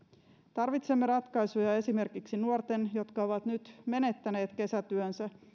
tarvitsemme ratkaisuja esimerkiksi nuorten jotka ovat nyt menettäneet kesätyönsä